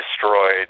destroyed